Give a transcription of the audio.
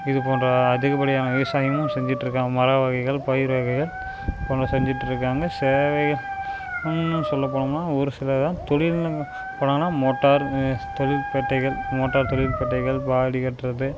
இதுப்போன்ற அதிகப்படியான விவசாயமும் செஞ்சுக்கிட்ருக்காங்க மர வகைகள் பயிர் வகைகள் போன்று செஞ்சுக்கிட்ருக்காங்க சேவையும் இன்னும் சொல்லப் போனோம்னா ஒருசிலது தான் தொழில்னு போனாங்கனா மோட்டார் தொழிற்பேட்டைகள் மோட்டார் தொழிற்பேட்டைகள் பாடி கட்டுறது